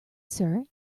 sir